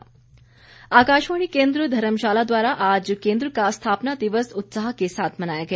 आकाशवाणी आकाशवाणी केंद्र धर्मशाला द्वारा आज केंद्र का स्थापना दिवस उत्साह के साथ मनाया गया